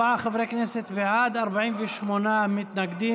44 חברי כנסת בעד, 48 מתנגדים.